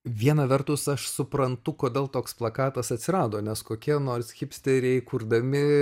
viena vertus aš suprantu kodėl toks plakatas atsirado nes kokie nors hipsteriai kurdami